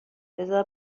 بزار